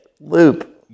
Loop